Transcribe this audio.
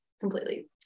completely